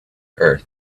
earth